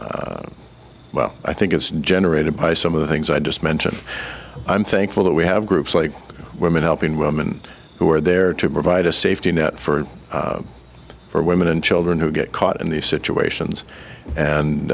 be well i think it's generated by some of the things i just mention i'm thankful that we have groups like women helping women who are there to provide a safety net for and for women and children who get caught in these situations and